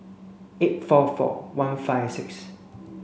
eight four four one five six